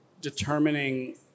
determining